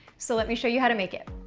so let me show you how to make it.